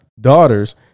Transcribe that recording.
daughters